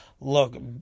look